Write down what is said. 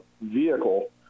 vehicle